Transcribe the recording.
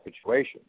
situation